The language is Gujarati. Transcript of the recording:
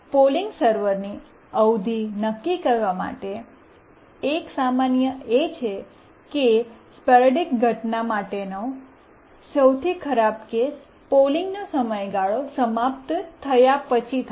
પોલિંગ સર્વરની અવધિ નક્કી કરવા માટે એક સામાન્યએ છે કે સ્પોરૈડિક ઘટના માટેનો સૌથી ખરાબ કેસ પોલિંગનો સમયગાળો સમાપ્ત થયા પછી થાય છે